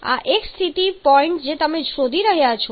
તેથી આ એક સ્થિતિ પોઇન્ટ છે જે તમે શોધી રહ્યાં છો